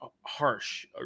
harsh